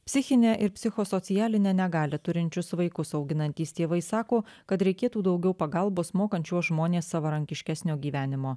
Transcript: psichinę ir psichosocialinę negalią turinčius vaikus auginantys tėvai sako kad reikėtų daugiau pagalbos mokant šiuos žmones savarankiškesnio gyvenimo